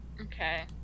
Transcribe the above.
Okay